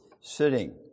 sitting